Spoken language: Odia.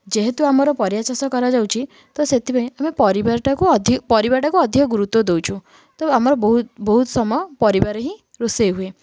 ଯେହେତୁ ଆମର ପରିବା ଚାଷ କରାଯାଉଛି ତ ସେଥିପାଇଁ ଆମେ ପରିବାରଟାକୁ ଅଧିକ ପରିବାଟାକୁ ଅଧିକ ଗୁରୁତ୍ୱ ଦଉଛୁ ତ ଆମର ବହୁତ ବହୁତ ସମୟ ପରିବାରେ ହିଁ ରୋଷେଇ ହୁଏ